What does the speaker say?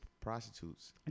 prostitutes